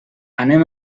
anem